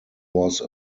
was